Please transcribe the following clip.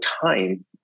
time